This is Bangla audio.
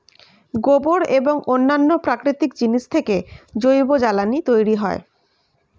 গোবর এবং অন্যান্য প্রাকৃতিক জিনিস থেকে জৈব জ্বালানি তৈরি হয়